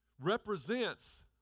represents